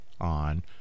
on